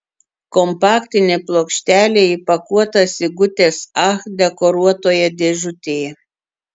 kompaktinė plokštelė įpakuota sigutės ach dekoruotoje dėžutėje